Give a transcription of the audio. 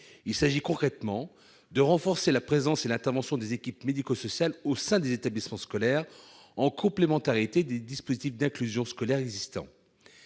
Il s'agit, concrètement, de renforcer la présence et l'intervention des équipes médico-sociales au sein des établissements scolaires, en complémentarité des dispositifs d'inclusion scolaire existants.